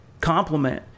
compliment